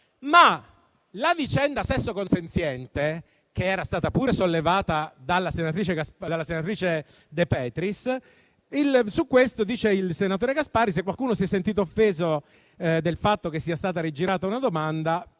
sulla vicenda sul sesso consenziente, che era stata pure sollevata dalla senatrice De Petris, il senatore Gasparri dice di scusarsi se qualcuno si è sentito offeso del fatto che sia stata rigirata una domanda.